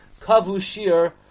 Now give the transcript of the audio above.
Kavushir